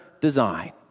design